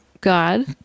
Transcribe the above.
god